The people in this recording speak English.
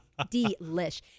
Delish